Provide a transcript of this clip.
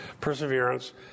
perseverance